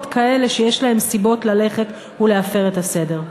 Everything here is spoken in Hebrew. כאלה שיש להם סיבות ללכת ולהפר את הסדר.